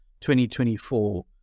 2024